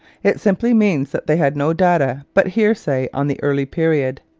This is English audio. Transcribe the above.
it simply means that they had no data but hearsay on the early period.